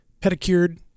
pedicured